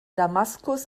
damaskus